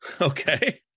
okay